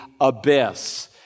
abyss